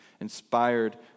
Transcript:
inspired